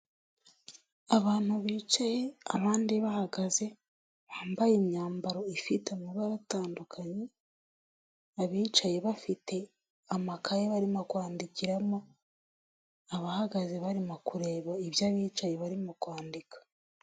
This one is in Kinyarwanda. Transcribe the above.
Abantu bicaye, abandi bahagaze, bambaye imyambaro ifite amabara atandukanye, abicaye bafite amakaye barimo kwandikiramo, abahagaze barimo kureba ibyo abicaye barimo kwandika.